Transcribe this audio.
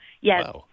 Yes